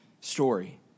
story